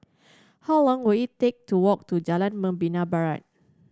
how long will it take to walk to Jalan Membina Barat